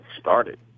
started